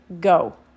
go